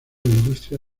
industria